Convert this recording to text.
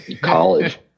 college